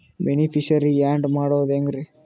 Beneficiary, add ಮಾಡೋದು ಹೆಂಗ್ರಿ?